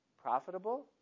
profitable